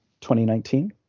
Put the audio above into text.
2019